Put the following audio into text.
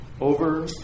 over